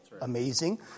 amazing